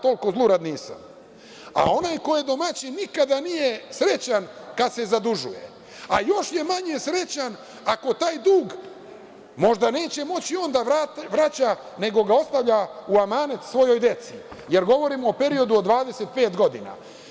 Toliko zlurad nisam, a onaj koji je domaćin nikada nije srećan kada se zadužuje, a još je manje srećan ako taj dug možda neće moći da vrati, nego ga ostavlja u amanet svojoj deci, jer govorimo o periodu od 25 godina.